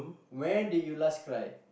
where did you last cry